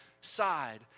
side